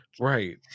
Right